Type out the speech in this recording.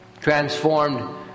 transformed